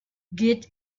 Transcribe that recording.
geht